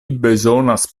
bezonas